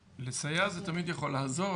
לסייע - זה תמיד יכול לעזור.